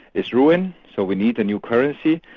is ruined, so we need a new currency.